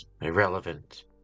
irrelevant